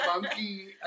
monkey